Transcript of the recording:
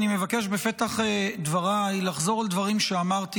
אני מבקש בפתח דבריי לחזור על דברים שאמרתי